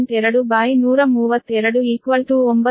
2132so 9